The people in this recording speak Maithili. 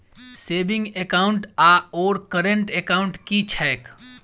सेविंग एकाउन्ट आओर करेन्ट एकाउन्ट की छैक?